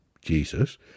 Jesus